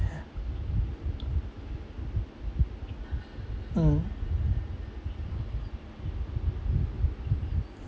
mm